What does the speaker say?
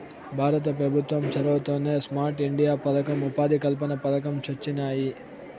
భారత పెభుత్వం చొరవతోనే స్మార్ట్ ఇండియా పదకం, ఉపాధి కల్పన పథకం వొచ్చినాయి